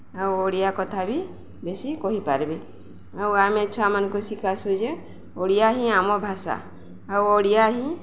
ଆଉ ଓଡ଼ିଆ କଥା ବି ବେଶି କହିପାର୍ବେ ଆଉ ଆମେ ଛୁଆମାନ୍କୁ ଶିଖାସୁ ଯେ ଓଡ଼ିଆ ହିଁ ଆମ ଭାଷା ଆଉ ଓଡ଼ିଆ ହିଁ